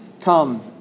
Come